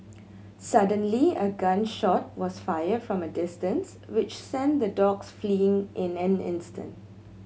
suddenly a gun shot was fired from a distance which sent the dogs fleeing in an instant